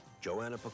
Joanna